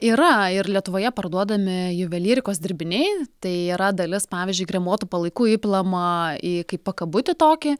yra ir lietuvoje parduodami juvelyrikos dirbiniai tai yra dalis pavyzdžiui kremuotų palaikų įplama į pakabutį tokį